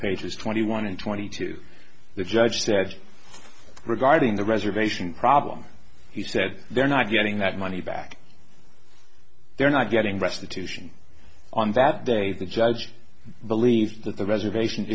pages twenty one and twenty two the judge said regarding the reservation problem he said they're not getting that money back they're not getting restitution on that day the judge believes that the reservation